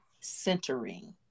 centering